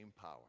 power